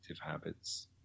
habits